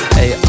Hey